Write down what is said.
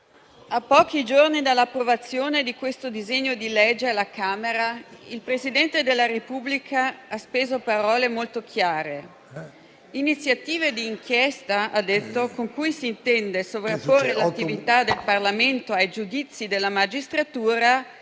a pochi giorni dall'approvazione di questo disegno di legge alla Camera, il Presidente della Repubblica ha speso parole molto chiare: «Iniziative di inchiesta con cui si intende sovrapporre l'attività del Parlamento ai giudizi della magistratura